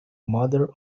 mother